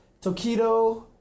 Tokido